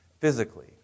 physically